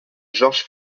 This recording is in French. georges